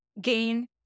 gain